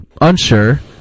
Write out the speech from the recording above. unsure